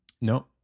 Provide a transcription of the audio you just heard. No